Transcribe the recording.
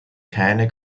keine